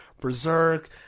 Berserk